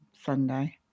Sunday